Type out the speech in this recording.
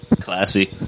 Classy